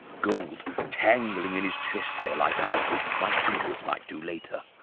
gold tangling in his chest hair like i hoped my fingers might do later.